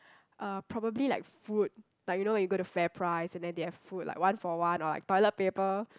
uh probably like food like you know when you go to FairPrice and then they have food like one for one or like toilet paper